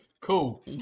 Cool